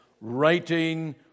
writing